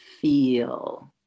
feel